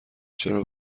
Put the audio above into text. چرا